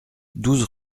douze